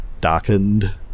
darkened